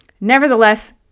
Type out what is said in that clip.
Nevertheless